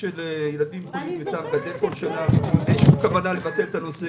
ואין כוונה לבטל את הנושא,